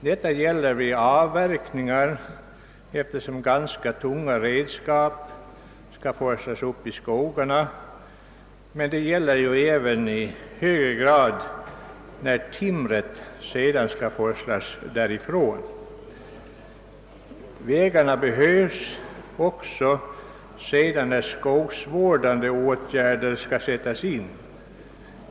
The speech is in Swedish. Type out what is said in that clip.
Det gäller vid avverkningar, eftersom ganska tunga redskap skall forslas upp i skogarna, men det gäller i än högre grad när timret sedan skall forslas från platsen. Vägarna behövs också när skogsvårdande åtgärder skall sättas in.